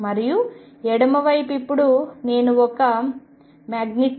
మరియు ఎడమ వైపు ఇప్పుడు నేను ఒక ai2